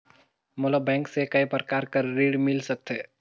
मोला बैंक से काय प्रकार कर ऋण मिल सकथे?